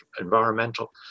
environmental